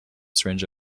syringe